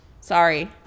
Sorry